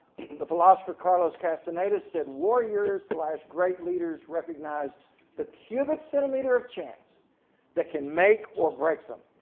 the philosopher carlos castaneda said warriors like great leaders recognize the cubic centimeter of chance that can make or break them.